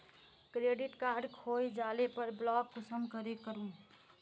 Credit card खोये जाले पर ब्लॉक कुंसम करे करूम?